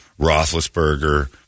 Roethlisberger